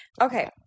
Okay